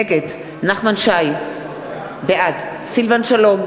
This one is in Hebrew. נגד נחמן שי, בעד סילבן שלום,